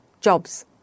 Jobs